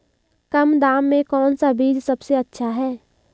कम दाम में कौन सा बीज सबसे अच्छा है?